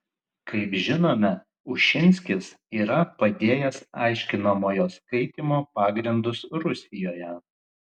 kaip žinome ušinskis yra padėjęs aiškinamojo skaitymo pagrindus rusijoje